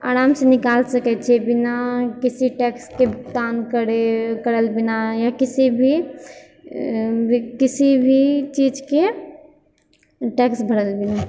आरामसँ निकाल सकैत छिऐ बिना किसी टैक्सके करल बिना या किसी भी किसी भी चीजके टैक्स भरल बिना